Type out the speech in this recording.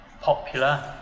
popular